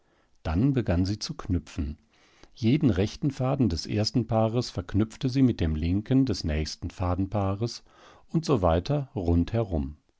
dann begann sie zu knüpfen jeden rechten faden des ersten paares verknüpfte sie mit dem linken des nächsten fadenpaares und so